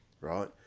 Right